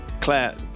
Claire